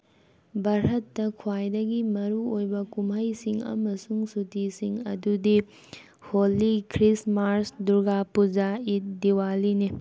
ꯚꯥꯔꯠꯇ ꯈ꯭ꯋꯥꯏꯗꯒꯤ ꯃꯔꯨ ꯑꯣꯏꯕ ꯀꯨꯝꯍꯩꯁꯤꯡ ꯑꯃꯁꯨꯡ ꯁꯨꯇꯤꯁꯤꯡ ꯑꯗꯨꯗꯤ ꯍꯣꯂꯤ ꯈ꯭ꯔꯤꯁꯃꯥꯁ ꯗꯨꯔꯒꯥ ꯄꯨꯖꯥ ꯏꯠ ꯗꯤꯋꯥꯂꯤꯅꯤ